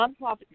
nonprofit